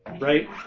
Right